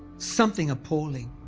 something appalling.